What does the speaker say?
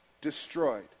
destroyed